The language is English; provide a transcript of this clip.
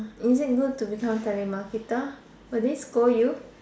is it good to become telemarketer will they scold you